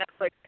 Netflix